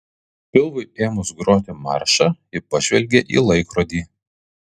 pilvui ėmus groti maršą ji pažvelgė į laikrodį